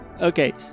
Okay